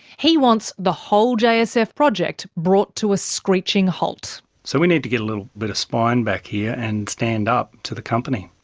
he wants the whole jsf project brought to a screeching halt. so we need to get a little bit of spine back here and stand up to the company.